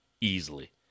easily